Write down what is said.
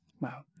Wow